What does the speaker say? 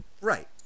Right